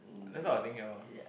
that's what I was think here orh